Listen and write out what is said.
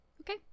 Okay